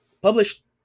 published